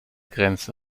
grenzt